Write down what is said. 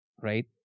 right